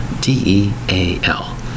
D-E-A-L